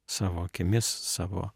savo akimis savo